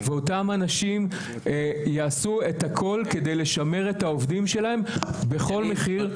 ואותם אנשים יעשו את הכול כדי לשמר את העובדים שלהם בכל מחיר.